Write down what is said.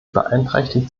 beeinträchtigt